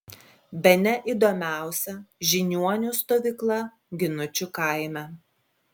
bene įdomiausia žiniuonių stovykla ginučių kaime